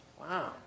Wow